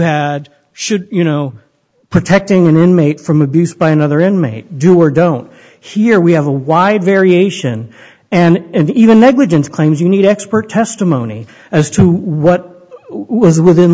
had should you know protecting an inmate from abuse by another inmate do or don't here we have a wide variation and even negligence claims you need expert testimony as to what was